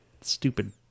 stupid